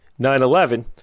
9-11